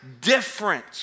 different